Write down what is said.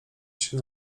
się